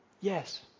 Yes